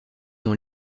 dans